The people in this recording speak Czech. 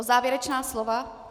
Závěrečné slovo.